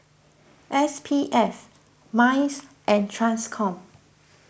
S P F Mice and Transcom